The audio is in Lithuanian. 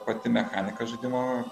pati mechanika žaidimo